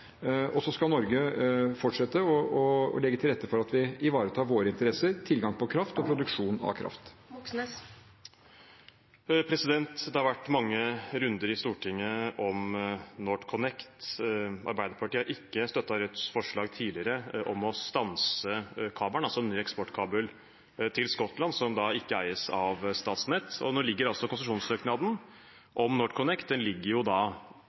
Og så skal Norge fortsette å legge til rette for at vi ivaretar våre interesser: tilgang på kraft og produksjon av kraft. Moxnes – til oppfølgingsspørsmål. Det har vært mange runder i Stortinget om NorthConnect. Arbeiderpartiet har ikke støttet Rødts forslag tidligere om å stanse den nye eksportkabelen til Skottland, som da ikke eies av Statnett. Nå ligger